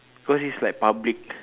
cause this is like public